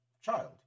child